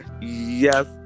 yes